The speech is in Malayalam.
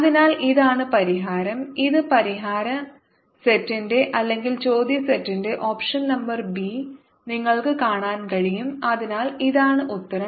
അതിനാൽ ഇതാണ് പരിഹാരം ഇത് പരിഹാര സെറ്റിന്റെ അല്ലെങ്കിൽ ചോദ്യ സെറ്റിന്റെ ഓപ്ഷൻ നമ്പർ b നിങ്ങൾക്ക് കാണാൻ കഴിയും അതിനാൽ ഇതാണ് ഉത്തരം